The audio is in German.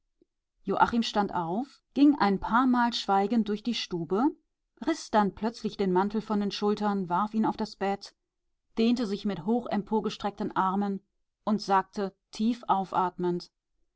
stand auf ging ein paarmal schweigend durch die stube riß dann plötzlich den mantel von den schultern warf ihn auf das bett dehnte sich mit hochemporgestreckten armen und sagte tief aufatmend